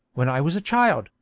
when i was a child,